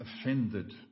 offended